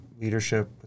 leadership